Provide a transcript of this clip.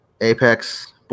Apex